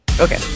Okay